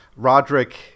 Roderick